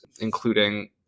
including